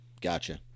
Gotcha